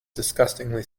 disgustingly